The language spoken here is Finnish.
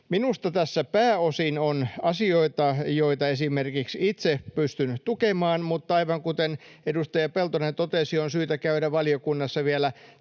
Minusta tässä pääosin on asioita, joita esimerkiksi itse en pystynyt tukemaan, mutta aivan kuten edustaja Peltonen totesi, on syytä käydä valiokunnassa vielä